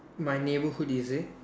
my neighbourhood is it